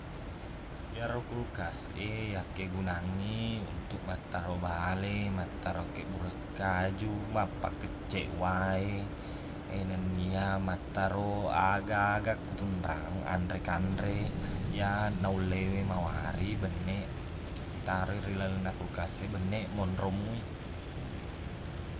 Iyaro kulkas e yakkegunangngi untuk mattaro bale mattaro akkeqbureng kaju mappakecceq wae e nennia mattaro aga-aga kotu nrang anre-kanre iya naulle we mawari benneq itaroi ri lalengna kulkas e benneq monro moi